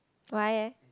why eh